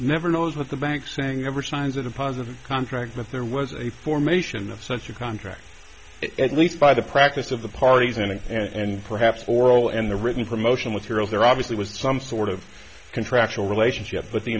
never knows with the bank saying ever signs a deposit contract but there was a formation of such a contract at least by the practice of the parties and and perhaps oral and the written promotional material there obviously was some sort of contractual relationship but the